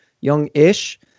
young-ish